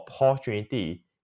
opportunity